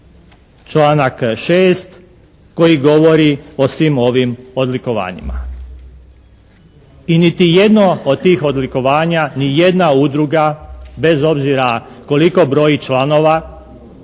članak 6. koji govori o svim ovim odlikovanjima. I niti jedno od tih odlikovanja, nijedna udruga bez obzira koliko broji članova,